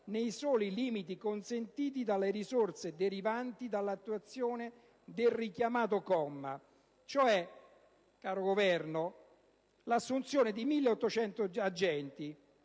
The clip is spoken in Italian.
nei soli limiti consentiti dalle risorse derivanti dall'attuazione del richiamato comma. Caro Governo: si decide l'assunzione di 1.800 unità;